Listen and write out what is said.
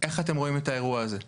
איך אתם רואים את האירוע הזה?